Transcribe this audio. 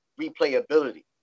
replayability